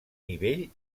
nivell